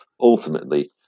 ultimately